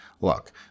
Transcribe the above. Look